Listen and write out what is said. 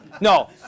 No